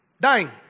dying